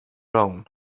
own